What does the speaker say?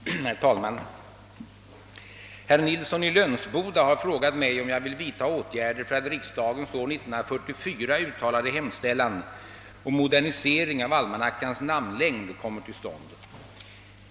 Herr talman! Herr Nilsson i Lönsboda har frågat mig, om jag vill vidta åtgärder för att riksdagens år 1944 uttalade hemställan om modernisering av almanackans namnlängd kommer = till stånd.